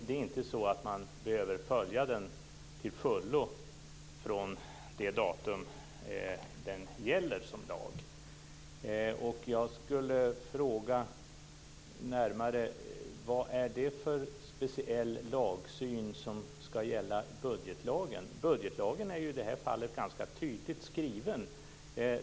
Det är inte så att man behöver följa den till fullo från det datum när den börjar gälla. Jag skulle vilja fråga vad det är för speciell lagsyn som skall gälla just för budgetlagen. Budgetlagen är ju i det här fallet ganska tydligt skriven.